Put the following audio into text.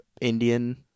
Indian